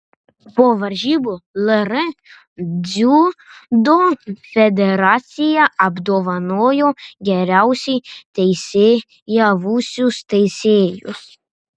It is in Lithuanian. po varžybų lr dziudo federacija apdovanojo geriausiai teisėjavusius teisėjus